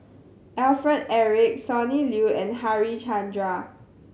Alfred Eric Sonny Liew and Harichandra